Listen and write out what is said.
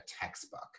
textbook